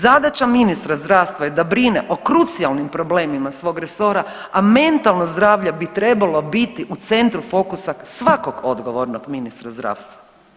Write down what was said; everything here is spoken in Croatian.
Zadaća ministra zdravstva je da brine o krucijalnim problemima svog resora, a mentalno zdravlje bi trebalo biti u centru fokusa svakog odgovornog ministra zdravstva.